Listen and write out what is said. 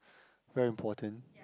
very important